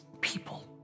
people